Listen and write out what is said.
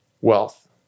wealth